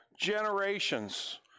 generations